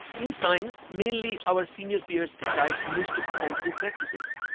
in science, mainly our senior peers decide most of the scientific practices,